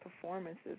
performances